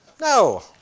No